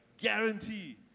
guarantee